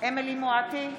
אמילי חיה מואטי,